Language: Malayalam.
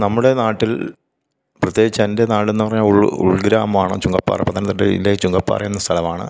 നമ്മുടെ നാട്ടില് പ്രത്യേകിച്ച് എന്റെ നാടെന്ന് പറഞ്ഞ ഉള് ഉള്ഗ്രാമാണ് ചുങ്കപ്പാറ പത്തനന്തിട്ട ജില്ലയിൽ ചുങ്കപ്പാറ എന്ന സ്ഥലമാണ്